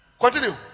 Continue